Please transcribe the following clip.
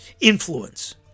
influence